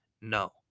No